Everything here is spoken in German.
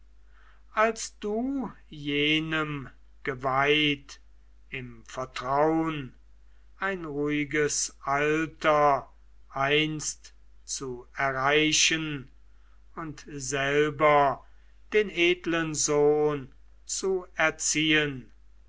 als du jenem geweiht im vertrauen ein ruhiges alter einst zu erreichen und selber den edlen sohn zu erziehen